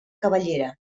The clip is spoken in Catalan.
cabellera